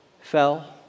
Fell